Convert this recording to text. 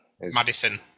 Madison